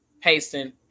pasting